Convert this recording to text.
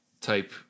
type